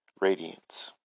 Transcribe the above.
radiance